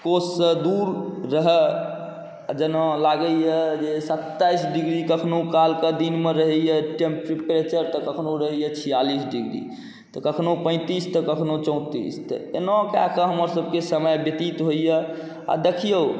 कोससँ दूर रहै आओर जेना लागैए सत्ताइस डिग्री कखनो कालके दिनमे रहैए टेम्प्रेचर कखनो रहैए छिआलिस डिग्री तऽ कखनो पैँतिस तऽ कखनो चौँतिस एना कऽ कऽ हमरसबके समय व्यतीत होइए आओर देखिऔ